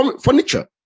furniture